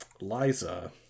liza